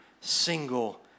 single